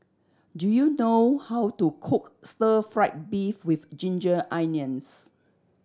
do you know how to cook stir fried beef with ginger onions